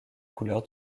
couleurs